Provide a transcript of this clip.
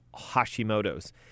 Hashimoto's